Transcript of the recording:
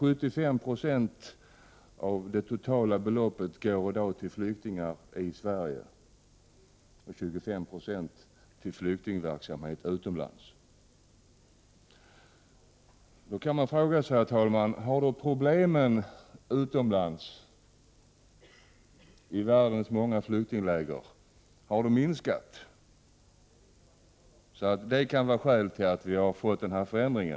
75 90 av det totala beloppet går i dag till flyktingar i Sverige och 25 Ye till flyktingverksamhet utomlands. Man kan, herr talman, fråga sig om problemen i världens många flyktingläger har minskat så att det kan vara skäl till denna förändring?